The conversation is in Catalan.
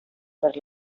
per